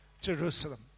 Jerusalem